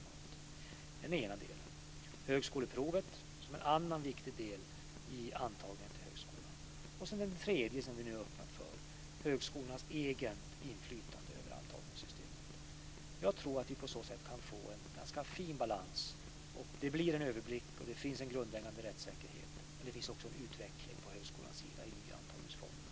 För det andra är högskoleprovet en viktig del i systemet för antagning till högskolan. För det tredje har vi högskolornas eget inflytande i antagningssystemet, som vi nu har öppnat för. Jag tror att vi på så sätt kan få en ganska fin balans. Det skapar en överblick och ger en grundläggande rättssäkerhet, och det innebär också en utveckling av nya antagningsformer inom högskolan.